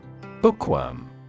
Bookworm